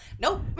Nope